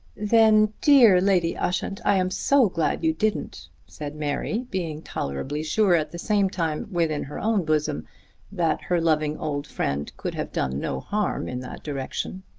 then, dear lady ushant, i am so glad you didn't, said mary being tolerably sure at the same time within her own bosom that her loving old friend could have done no harm in that direction.